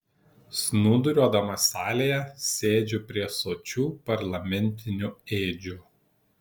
snūduriuodamas salėje sėdžiu prie sočių parlamentinių ėdžių